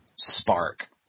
spark